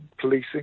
policing